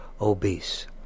obese